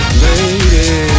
lady